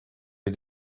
est